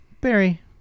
Barry